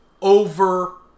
over